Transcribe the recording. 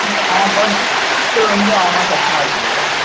இல்லை அவன் தான் ஃபர்ஸ்ட் மார்க்